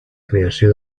creació